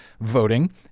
voting